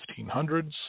1500s